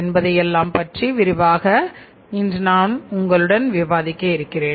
என்பதை எல்லாம் பற்றி விரிவாக இன்று நான் உங்களுடன் விவாதிக்க இருக்கிறேன்